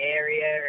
area